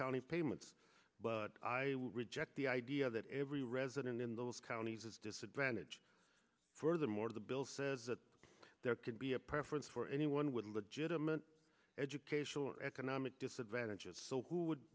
county payments but i reject the idea that every resident in those counties is disadvantage furthermore the bill says that there could be a preference for anyone with legitimate educational or economic disadvantage of so who would